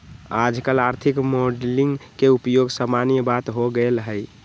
याजकाल आर्थिक मॉडलिंग के उपयोग सामान्य बात हो गेल हइ